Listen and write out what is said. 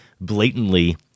blatantly